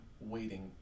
waiting